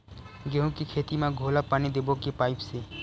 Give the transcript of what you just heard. गेहूं के खेती म घोला पानी देबो के पाइप से?